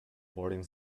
boarding